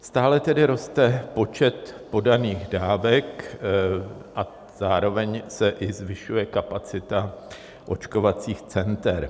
Stále tedy roste počet podaných dávek a zároveň se i zvyšuje kapacita očkovacích center.